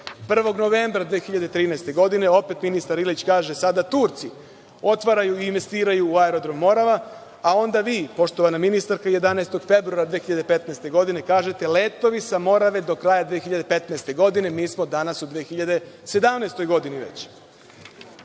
novembra 2013. godine, opet ministar Ilić kaže – sada Turci otvaraju i investiraju u Aerodrom „Morava“, a onda vi, poštovana ministarka, 11. februara 2015. godine, kažete – letovi sa „Morave do kraja 2015. godine. Mi smo danas u 2017. godini